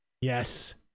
Yes